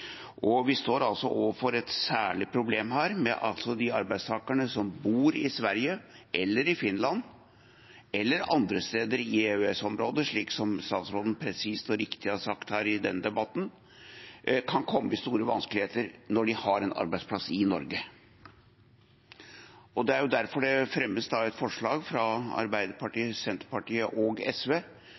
Vi står altså overfor et særlig problem her, med de arbeidstakerne som bor i Sverige eller i Finland, eller andre steder i EØS-området, som, slik statsråden presist og riktig har sagt her i denne debatten, kan komme i store vanskeligheter når de har en arbeidsplass i Norge. Det er derfor det fremmes et forslag fra Arbeiderpartiet, Senterpartiet og SV,